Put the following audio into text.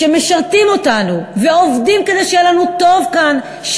שמשרתים אותנו ועובדים כדי שיהיה לנו טוב כאן,